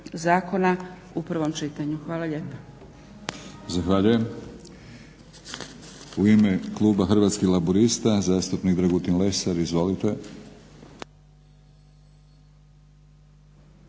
zakona u prvom čitanju. Hvala lijepa.